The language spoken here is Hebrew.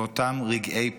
מאותם רגעי פחד,